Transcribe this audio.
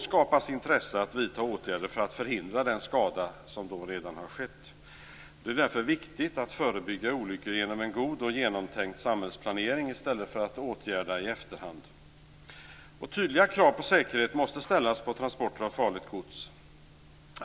skapas det intresse för att vidta åtgärder för att förhindra den skada som redan skett. Det är därför viktigt att förebygga olyckor genom en god och genomtänkt samhällsplanering i stället för att åtgärda i efterhand. Tydliga krav på säkerhet måste ställas på transporter av farligt gods.